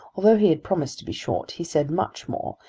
although he had promised to be short, he said much more,